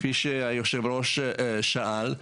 כפי שהיושב ראש שאל,